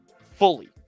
fully